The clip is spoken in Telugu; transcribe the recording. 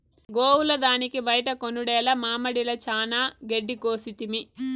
గోవుల దానికి బైట కొనుడేల మామడిల చానా గెడ్డి కోసితిమి